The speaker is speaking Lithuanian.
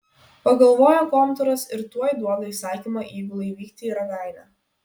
pagalvoja komtūras ir tuoj duoda įsakymą įgulai vykti į ragainę